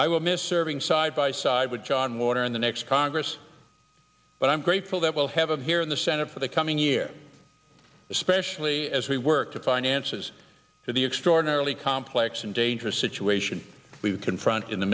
i will miss serving side by side with john warner in the next congress but i'm grateful that we'll have a here in the senate for the coming year especially as we work to finances for the extraordinarily complex and dangerous situation we confront in the